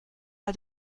pas